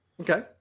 Okay